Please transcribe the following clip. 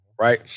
right